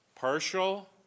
Partial